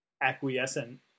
acquiescent